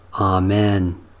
Amen